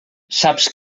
saps